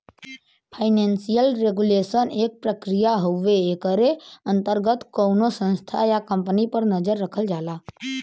financial regulation एक प्रक्रिया हउवे एकरे अंतर्गत कउनो संस्था या कम्पनी पर नजर रखल जाला